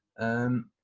and